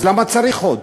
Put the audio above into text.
אז למה צריך עוד?